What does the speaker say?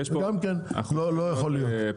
לא יכול להיות,